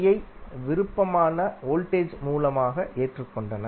யை விருப்பமான வோல்டேஜ் மூலமாக ஏற்றுக்கொண்டனர்